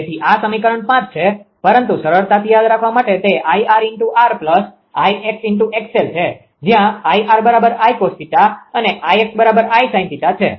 તેથી આ સમીકરણ છે પરંતુ સરળતાથી યાદ રાખવા માટે તે 𝐼𝑟𝑟𝐼𝑥𝑥𝑙 છે જ્યાં 𝐼𝑟𝐼cos𝜃 અને 𝐼𝑥𝐼sin𝜃 છે